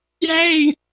Yay